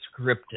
scripted